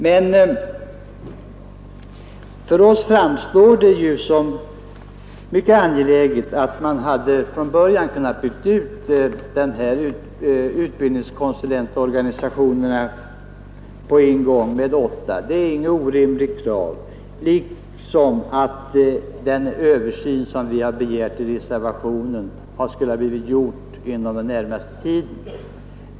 Men för oss framstår det som mycket angeläget att man från början på en gång kan bygga ut utbildningskonsulentorganisationen till åtta. Det är inget orimligt krav liksom inte heller kravet att den översyn som vi begärt i reservationen skulle gjorts inom den närmaste tiden.